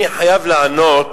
כרגע אני חייב לענות